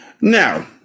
Now